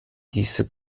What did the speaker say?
disse